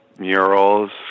murals